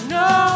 no